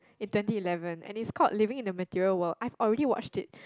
in twenty eleven and it courts living in a material world I already watched it